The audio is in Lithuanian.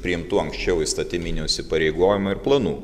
priimtų anksčiau įstatyminių įsipareigojimų ir planų